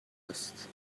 است